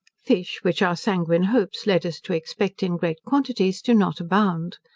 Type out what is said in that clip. fish, which our sanguine hopes led us to expect in great quantities, do not abound.